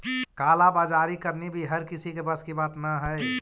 काला बाजारी करनी भी हर किसी के बस की बात न हई